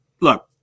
look